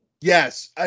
Yes